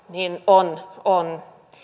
on on